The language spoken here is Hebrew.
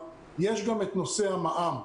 יש גם את נושא המע"מ.